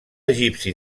egipci